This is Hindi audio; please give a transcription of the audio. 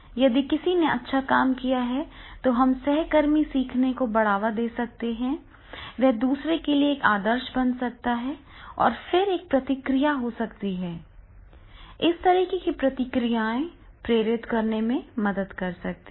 यदि किसी ने अच्छा काम किया है तो हम सहकर्मी सीखने को बढ़ावा दे सकते हैं वह दूसरों के लिए एक आदर्श बन सकता है फिर एक प्रतिक्रिया हो सकती है इस तरह की प्रतिक्रियाएं प्रेरित करने में भी मदद कर सकती हैं